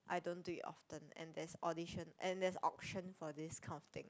I don't do it often and there's audition and there's auction for this kind of thing